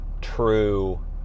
true